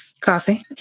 Coffee